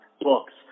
books